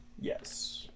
yes